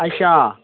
अच्छा